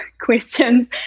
questions